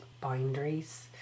boundaries